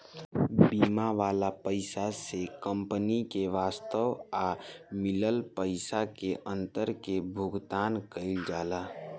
बीमा वाला पइसा से कंपनी के वास्तव आ मिलल पइसा के अंतर के भुगतान कईल जाला